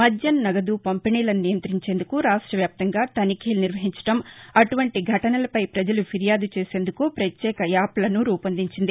మద్యం నగదు పంపిణీలను నియంత్రించేందుకు రాష్ట వ్యాప్తంగా తనిఖీలు నిర్వహించడం అటువంటి ఘటసలపై ప్రజలు ఫిర్యాదు చేసేందుకు ప్రత్యేక యాప్లను రూపొందించింది